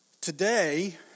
today